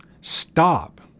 stop